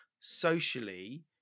socially